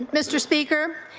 and mr. speaker,